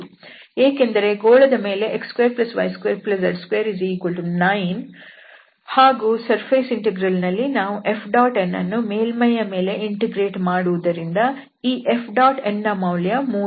ಏಕೆಂದರೆ ಗೋಳದ ಮೇಲೆ x2y2z29 ಹಾಗೂ ಸರ್ಫೇಸ್ ಇಂಟೆಗ್ರಲ್ ನಲ್ಲಿ ನಾವು Fn ಅನ್ನು ಮೇಲ್ಮೈಯ ಮೇಲೆ ಇಂಟೆಗ್ರೇಟ್ ಮಾಡುವುದರಿಂದ ಈ Fn ನ ಮೌಲ್ಯ 3 ಆಗಿದೆ